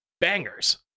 bangers